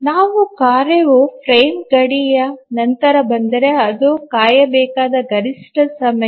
ಒಂದು ಕಾರ್ಯವು ಫ್ರೇಮ್ ಗಡಿಯ ನಂತರ ಬಂದರೆ ಅದು ಕಾಯಬೇಕಾದ ಗರಿಷ್ಠ ಸಮಯ